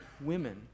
women